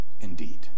indeed